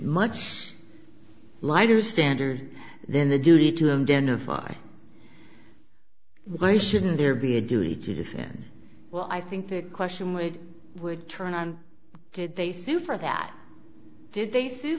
much lighter standard then the duty to indemnify why shouldn't there be a duty to defend well i think that question which would turn on did they sue for that did they sue